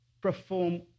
perform